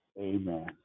Amen